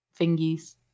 fingies